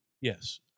Yes